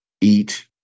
eat